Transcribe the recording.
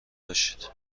باشید